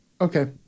Okay